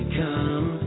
come